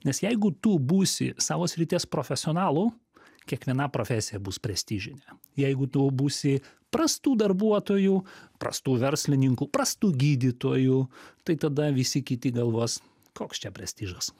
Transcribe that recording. nes jeigu tu būsi savo srities profesionalu kiekviena profesija bus prestižinė jeigu tu būsi prastu darbuotoju prastu verslininku prastu gydytoju tai tada visi kiti galvos koks čia prestižas